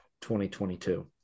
2022